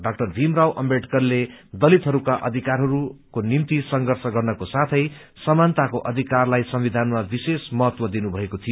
डा भैमराव अम्बेदकरले दलितहरूका अधिकारहरूको निम्ति संर्घष गर्नको साथै समानताको अधिकरलाई संविधानमा विशेष महतव दिनुभएको थियो